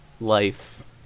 life